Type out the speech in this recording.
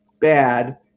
bad